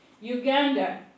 Uganda